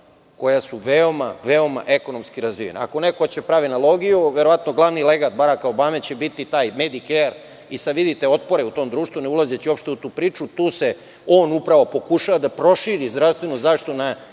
koja su veoma, veoma ekonomski razvijena. Ako neko hoće da pravi analogiju, verovatno glavni lekar Baraka Obame će biti taj medi-ker i sada vidite otpore u tom društvu, ne ulazeći uopšte u tu priču. Tu on upravo pokušava da proširi zdravstvenu zaštitu na